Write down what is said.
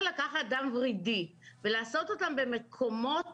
לקחת דם ורידי ולעשות אותם במקומות